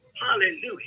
Hallelujah